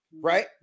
right